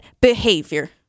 behavior